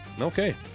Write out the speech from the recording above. Okay